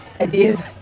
Ideas